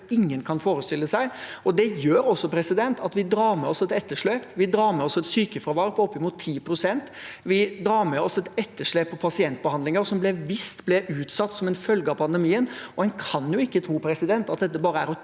ingen kan forestille seg. Det gjør også at vi drar med oss et etterslep: Vi drar med oss et sykefravær på oppimot 10 pst., og vi drar med oss et etterslep på pasientbehandlinger som bevisst ble utsatt som følge av pandemien. En kan ikke tro at dette bare er å